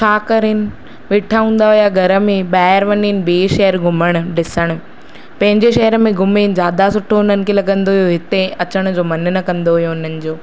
छा करनि वेठा हूंदा हुया घर में ॿाहिरि वञनि ॿिए शहर घुमणु ॾिसणु पंहिंजे शहर में घुमनि ज़्यादा सुठो उन्हनि खे लॻंदो हुयो हिते अचण जो मन न कंदो हुयो हुनजो